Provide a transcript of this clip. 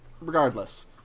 regardless